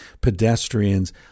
pedestrians